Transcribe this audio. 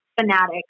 fanatic